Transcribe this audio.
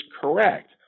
correct